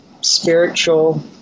spiritual